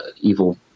evil